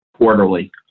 Quarterly